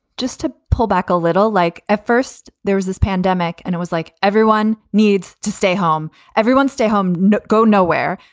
just to pull back a little like at first there was this pandemic and it was like, everyone needs to stay home. everyone stay home, not go nowhere.